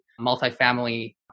multifamily